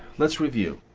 let's review.